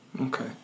Okay